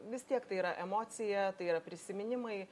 vis tiek tai yra emocija tai yra prisiminimai